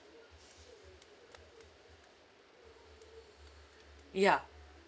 ya